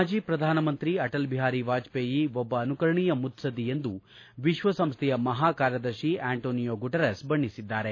ಮಾಜಿ ಪ್ರಧಾನಮಂತ್ರಿ ಅಟಲ್ ಬಿಹಾರಿ ವಾಜಪೇಯಿ ಒಬ್ಬ ಅನುಕರಣೀಯ ಮುತ್ಲದ್ದಿ ಎಂದು ವಿಶ್ವಸಂಸ್ವೆಯ ಮಹಾಕಾರ್ಯದರ್ಶಿ ಅಂಟೋನಿಯೊ ಗುಟೆರಸ್ ಬಣ್ಣೆಸಿದ್ಗಾರೆ